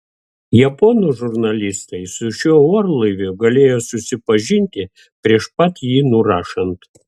japonų žurnalistai su šiuo orlaiviu galėjo susipažinti prieš pat jį nurašant